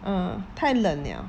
ah 太冷了